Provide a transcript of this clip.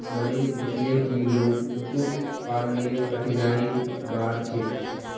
मनीष पूछले की मोक कुक्कुट पालनेर कठिनाइर बार छेक